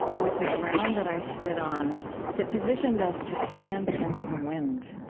was the ground that i stood on that positioned us to stand against the wind.